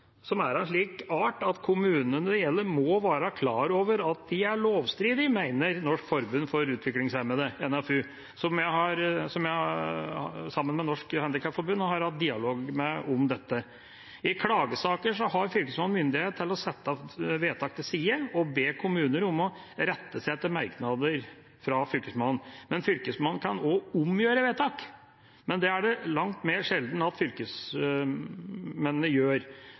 av en slik art at kommunene det gjelder må være klar over at de er lovstridige, mener Norsk Forbund for Utviklingshemmede, NFU, som jeg, sammen med Norges Handikapforbund, har hatt dialog med om dette. I klagesaker har Fylkesmannen myndighet til å sette vedtak til side og be kommuner om å rette seg etter merknader fra Fylkesmannen. Men Fylkesmannen kan også omgjøre vedtak, noe det er langt mer sjelden at fylkesmennene gjør.